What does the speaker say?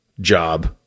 job